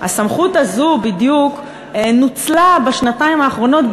הסמכות הזאת בדיוק נוצלה בשנתיים האחרונות,